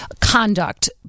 conduct